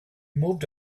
moved